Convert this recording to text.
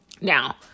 Now